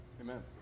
Amen